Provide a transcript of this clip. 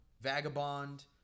Vagabond